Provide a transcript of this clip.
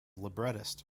librettist